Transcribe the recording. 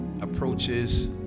approaches